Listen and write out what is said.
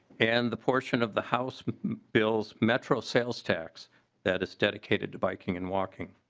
and the portion of the house bills metro sales tax that is dedicated to biking and walking.